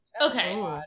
Okay